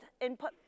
input